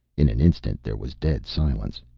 in an instant there was dead silence.